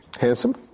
Handsome